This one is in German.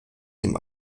dem